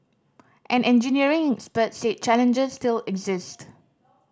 an engineering expert said challenges still exist